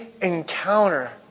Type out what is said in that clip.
encounter